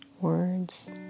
words